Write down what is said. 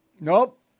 nope